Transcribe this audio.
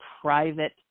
private